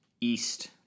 east